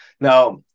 Now